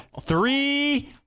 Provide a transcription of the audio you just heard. three